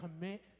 commit